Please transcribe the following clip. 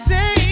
Say